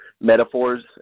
metaphors